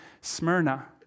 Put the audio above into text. Smyrna